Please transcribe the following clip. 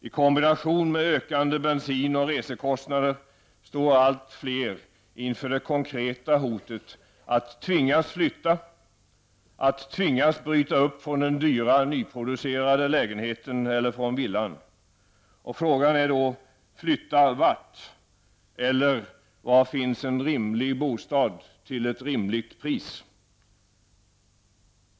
I kombination med ökande bensin och resekostnader står allt fler inför det konkreta hotet att tvingas flytta, att tvingas bryta upp från den dyra nyproducerade lägenheten eller från villan. Frågan är då: Flytta vart? Eller: Var finns en rimlig bostad till ett rimligt pris?